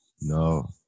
No